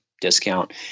discount